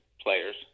players